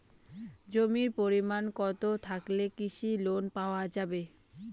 জমির পরিমাণ কতো থাকলে কৃষি লোন পাওয়া যাবে?